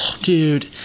dude